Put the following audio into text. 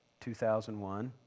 2001